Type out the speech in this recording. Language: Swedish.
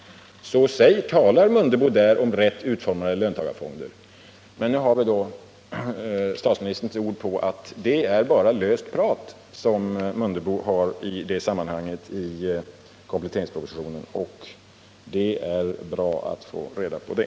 Nu har vi alltså statsministerns ord på att det bara är löst prat som Ingemar Mundebo för fram idet avseendet i kompletteringspropositionen, och det är bra att vi fått reda på det.